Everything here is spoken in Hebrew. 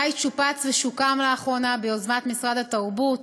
הבית שופץ ושוקם לאחרונה ביוזמת משרד התרבות.